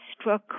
struck